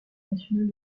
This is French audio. nationale